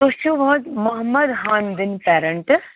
تُہۍ چھِو حظ محمد حامدٕنۍ پٮ۪رَنٛٹٕس